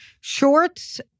Shorts